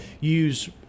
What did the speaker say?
use